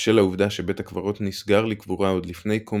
בשל העובדה שבית הקברות נסגר לקבורה עוד לפני קום